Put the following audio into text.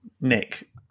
nick